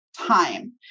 time